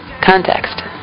Context